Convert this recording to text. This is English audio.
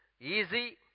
easy